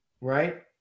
right